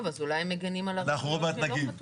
טוב, אז אולי הם מגנים על הרשויות שלא חתומות.